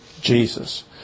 Jesus